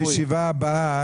בישיבה הבאה,